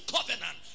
Covenant